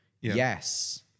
yes